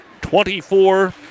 24